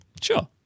Sure